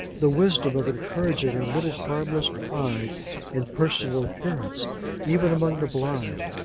the wisdom of encouraging a little harmless pride in personal appearance even among the blind,